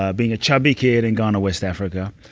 ah being a chubby kid in ghana, west africa,